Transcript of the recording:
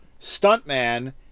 stuntman